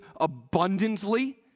abundantly